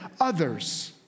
others